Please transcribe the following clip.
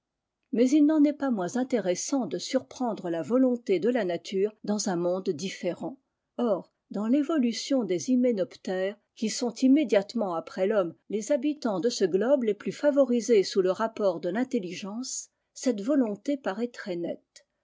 mais il n'en est pas moins intéressant de surprendre la volonté de la nature dans un monde différent or dans révolution des hyménoptères qui sont immédiatement après ihomme les habitants de ce globe les plus favorisés sous le rapport de tintelligence cette volonté paraît très nette